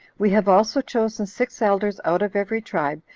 we have also chosen six elders out of every tribe,